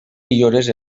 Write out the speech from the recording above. millores